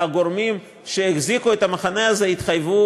והגורמים שהחזיקו את המחנה הזה התחייבו